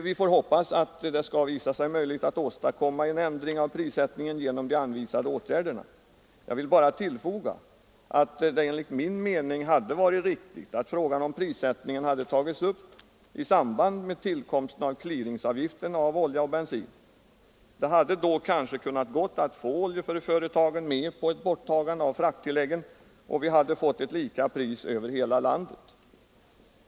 Vi får hoppas att det skall visa sig möjligt att åstadkomma en ändring av prissättningen genom de anvisade åtgärderna. Jag vill bara tillfoga att det enligt min mening hade varit riktigt att frågan om prissättningen hade tagits upp i samband med tillkomsten av clearingavgiften på olja och bensin. Det hade då kanske kunnat gå att få oljeföretagen med på ett borttagande av frakttillägen, och vi hade fått lika pris över hela landet.